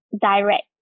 Direct